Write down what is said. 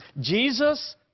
Jesus